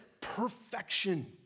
perfection